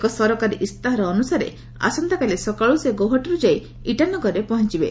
ଏକ ସରକାରୀ ଇସ୍ତାହାର ଅନୁସାରେ ଆସନ୍ତାକାଲି ସକାଳୁ ସେ ଗୌହାଟୀରୁ ଯାଇ ଇଟାନଗରରେ ପହଞ୍ଚିବେ